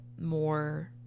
more